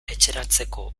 etxeratzeko